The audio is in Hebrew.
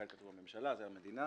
כאן כתוב הממשלה, זה המדינה.